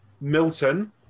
Milton